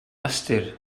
ystyr